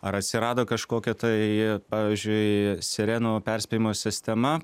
ar atsirado kažkokia tai pavyzdžiui sirenų perspėjimo sistema